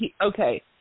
okay